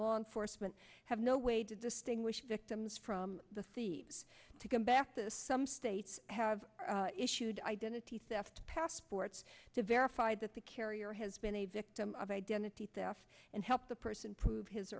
law enforcement have no way to distinguish victims from the thieves to go back to some states have issued identity theft passports to verify that the carrier has been a victim of identity theft and help the person prove his